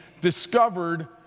discovered